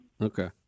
Okay